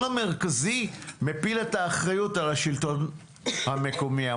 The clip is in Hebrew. המרכזי מפיל את האחריות על השלטון המקומי,